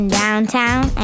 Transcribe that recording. downtown